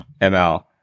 ML